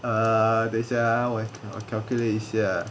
uh 等下 ah 我 calculate 一下